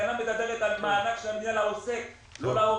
התקנה מדברת על מענק שמגיע לעוסק לא להורה.